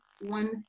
one